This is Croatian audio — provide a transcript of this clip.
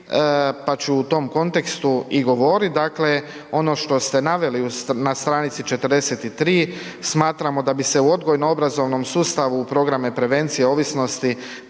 pa ću u tom kontekstu i govorit, dakle, ono što ste naveli na str. 43 smatramo da bi se u odgojno obrazovnom sustavu u programu prevencije ovisnosti